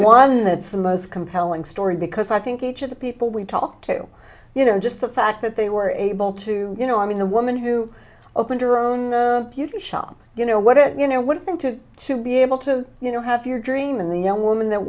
one that's the most compelling story because i think each of the people we talked to you know just the fact that they were able to you know i mean the woman who opened her own beauty shop you know what it you know one thing to to be able to you know have your dream and the young woman that